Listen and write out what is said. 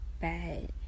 bad